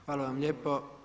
Hvala vam lijepo.